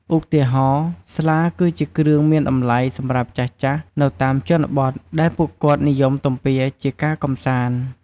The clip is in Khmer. ឧទាហរណ៍ ស្លា ជាគ្រឿងមានតម្លៃសម្រាប់ចាស់ៗនៅតាមជនបទ ដែលពួកគាត់និយមទំពាជាការកម្សាន្ត។